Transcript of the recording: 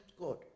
god